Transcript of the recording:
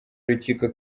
urukiko